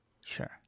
Sure